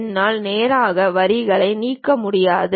என்னால் நேராக வரிகளை நீக்க முடியாது